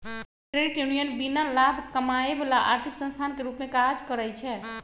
credit union बीना लाभ कमायब ला आर्थिक संस्थान के रूप में काज़ करइ छै